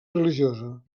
religiosa